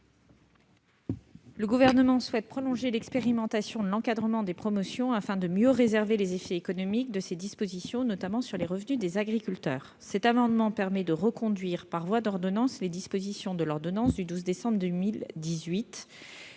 Le Gouvernement souhaite prolonger l'expérimentation de l'encadrement des promotions, afin de mieux réserver les effets économiques de ces dispositions, notamment sur les revenus des agriculteurs. Cet amendement tend à permettre de reconduire par voie d'ordonnance les dispositions de l'ordonnance du 12 décembre 2018